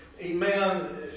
amen